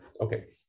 Okay